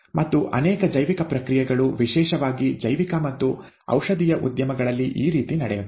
ಮತ್ತು ಅನೇಕ ಜೈವಿಕ ಪ್ರಕ್ರಿಯೆಗಳು ವಿಶೇಷವಾಗಿ ಜೈವಿಕ ಮತ್ತು ಔಷಧೀಯ ಉದ್ಯಮಗಳಲ್ಲಿ ಈ ರೀತಿ ನಡೆಯುತ್ತದೆ